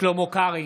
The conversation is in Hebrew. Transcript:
שלמה קרעי,